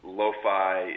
lo-fi